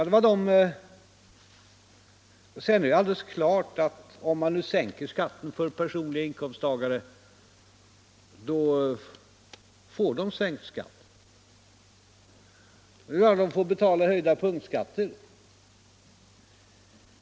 Det är alldeles klart att inkomsttagarna får mer pengar över om man sänker deras skatt. Visst får de vara med om att betala höjda punktskatter.